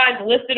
listed